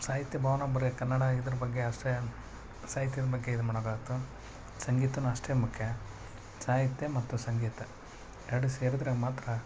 ಸಾಹಿತ್ಯ ಭವನ ಬರೇ ಕನ್ನಡ ಇದರ ಬಗ್ಗೆ ಅಷ್ಟೇ ಸಾಹಿತ್ಯದ ಬಗ್ಗೆ ಇದು ಮಾಡಕಾಗುತ್ತೋ ಸಂಗೀತನೂ ಅಷ್ಟೇ ಮುಖ್ಯ ಸಾಹಿತ್ಯ ಮತ್ತು ಸಂಗೀತ ಎರಡೂ ಸೇರಿದರೆ ಮಾತ್ರ